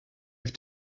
have